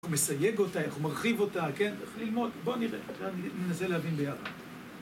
איך הוא מסייג אותה, איך הוא מרחיב אותה, כן? איך ללמוד, בואו נראה, ננסה להבין ביחד.